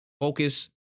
focus